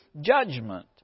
judgment